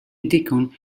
deacon